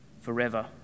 forever